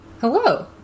Hello